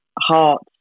heart